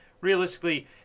realistically